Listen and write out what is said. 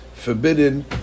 Forbidden